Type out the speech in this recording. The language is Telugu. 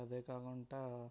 అదే కాకుండా